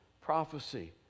prophecy